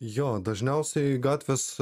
jo dažniausiai gatvės